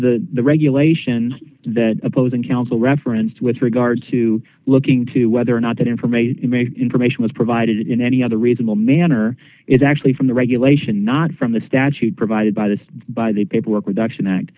twelve the regulation that opposing counsel referenced with regard to looking to whether or not that information information was provided in any other reasonable manner is actually from the regulation not from the statute provided by the by the paperwork reduction act